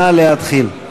נא להתחיל.